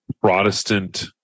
Protestant